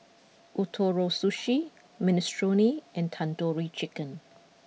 Ootoro Sushi Minestrone and Tandoori Chicken